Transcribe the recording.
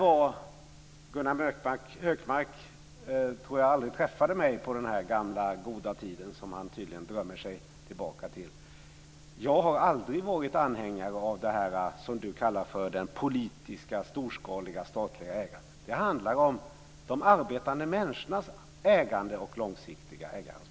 Jag tror aldrig att Gunnar Hökmark träffade mig på den gamla goda tiden som han tydligen drömmer sig tillbaka till. Jag har aldrig varit anhängare av det som han kallar för det politiska storskaliga statliga ägandet. Det handlar om de arbetande människornas ägande och långsiktiga ägaransvar.